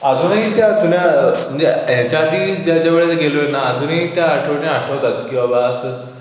अजूनही त्या जुन्या म्हणजे याच्यात ज्या ज्या वेळेस गेलोय ना अजूनही त्या आठवणी आठवतात की बाबा असं